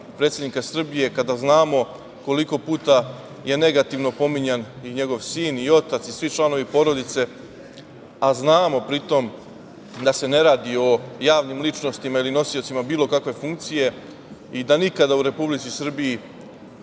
predsednika Srbije, kada znamo koliko puta je negativno pominjan i njegov sin i otac i svi članovi porodice, a znamo pritom da se ne radi o javnim ličnostima ili nosiocima bilo kakve funkcije i da nikada u Republici Srbiji